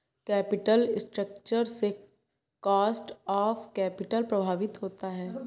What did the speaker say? capital structure से cost of capital प्रभावित होता है